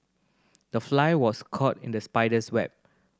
the fly was caught in the spider's web